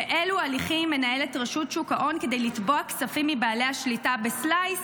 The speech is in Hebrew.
ואילו הליכים מנהלת רשות שוק ההון כדי לתבוע כספים מבעלי השליטה בסלייס